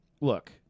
look